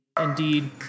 indeed